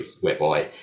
whereby